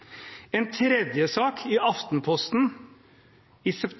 En tredje sak, i Aftenposten i